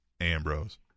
Ambrose